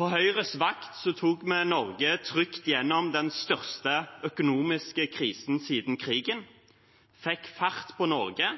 På Høyres vakt tok vi Norge trygt gjennom den største økonomiske krisen siden krigen. Vi fikk fart på Norge,